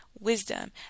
Wisdom